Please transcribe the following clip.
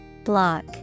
Block